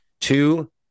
two